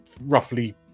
roughly